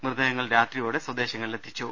മൃതദേഹങ്ങൾ ്രാത്രിയോടെ സ്വദേശങ്ങളിലെത്തിച്ചു